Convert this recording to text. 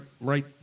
right